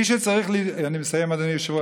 אני מסיים, אדוני היושב-ראש.